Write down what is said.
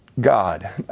God